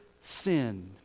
sin